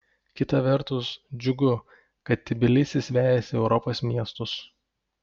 kita vertus džiugu kad tbilisis vejasi europos miestus